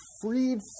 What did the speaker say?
freed